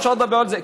אפשר לדבר על זה.